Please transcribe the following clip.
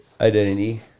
identity